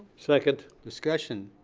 second. discussion.